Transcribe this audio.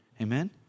Amen